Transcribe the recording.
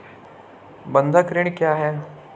बंधक ऋण क्या है?